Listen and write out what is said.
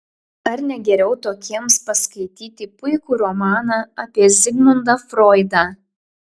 ar ne geriau tokiems paskaityti puikų romaną apie zigmundą froidą